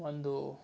ಒಂದು